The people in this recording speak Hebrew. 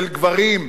אצל גברים,